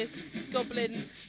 goblin